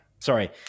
Sorry